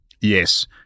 Yes